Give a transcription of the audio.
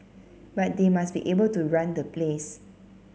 but they must be able to run the place